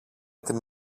την